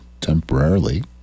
temporarily